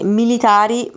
militari